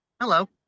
hello